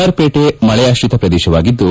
R Pete ಮಳೆಯಾತ್ರಿತ ಪ್ರದೇಶವಾಗಿದ್ದು